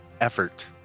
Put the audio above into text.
effort